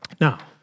Now